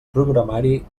programari